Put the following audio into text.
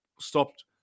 stopped